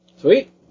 Sweet